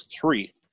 three